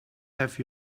have